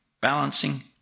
balancing